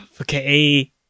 okay